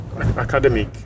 academic